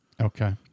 Okay